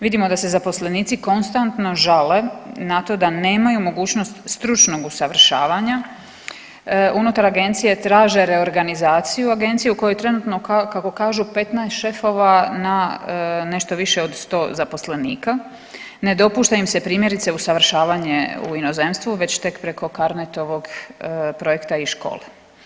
Vidimo da se zaposlenici konstantno žale na to da nemaju mogućnost stručnog usavršavanja unutar agencije, traže reorganizaciju agencije u kojoj trenutno kako kažu 15 šefova na nešto više od 100 zaposlenika, ne dopušta im se primjerice usavršavanje u inozemstvu već tek preko CArnetovog projekta i škole.